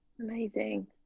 amazing